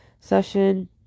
session